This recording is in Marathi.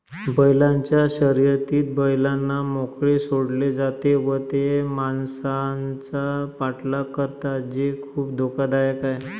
बैलांच्या शर्यतीत बैलांना मोकळे सोडले जाते व ते माणसांचा पाठलाग करतात जे खूप धोकादायक आहे